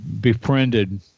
befriended